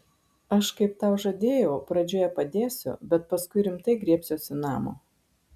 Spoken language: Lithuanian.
aš kaip tau žadėjau pradžioje padėsiu bet paskui rimtai griebsiuosi namo